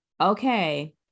okay